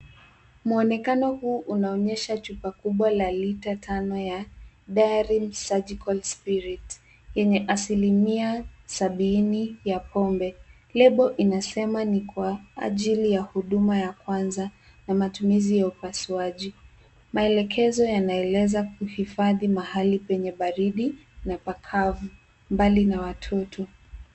Muonekano huu unaonyesha chupa kubwa la lita tano ya Dairim surgical spirit yenye asilimia sabini ya pombe. Label inasema ni kwa ajili ya huduma ya kwanza na matumizi ya upasuaji. Maelekezo yanaeleza kuhifadhi mahali penye baridi na pakavu mbali na watoto.